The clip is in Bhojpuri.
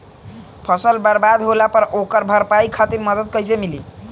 फसल बर्बाद होला पर ओकर भरपाई खातिर मदद कइसे मिली?